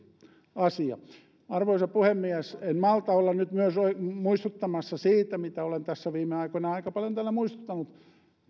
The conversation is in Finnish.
asia arvoisa puhemies en malta olla muistuttamatta myös siitä mistä olen tässä viime aikoina aika paljon täällä muistuttanut